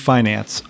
Finance